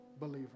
believer